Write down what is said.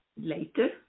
later